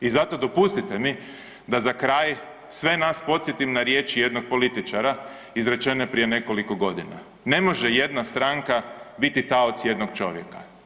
I zato dopustite mi da za kraj sve nas podsjetim na riječi jednog političara izrečene prije nekoliko godina: „Ne može jedna stranka biti taoc jednog čovjeka.